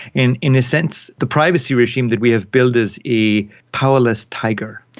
in in a sense the privacy regime that we have built is a powerless tiger.